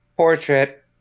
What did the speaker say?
Portrait